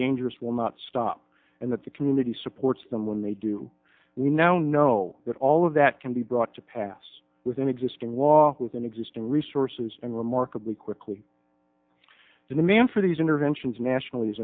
dangers will not stop and that the community supports them when they do we now know that all of that can be brought to pass within existing law within existing resources and remarkably quickly the man for these interventions national